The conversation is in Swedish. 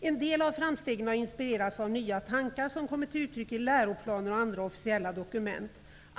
En del av framstegen har inspirerats av nya tankar, som kommit till uttryck i läroplaner och andra officiella dokument.